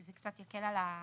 כי זה קצת יקל על ההבנה.